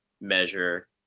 measure